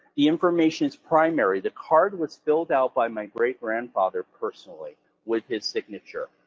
the information is primary, the card was filled out by my great-grandfather personally, with his signature,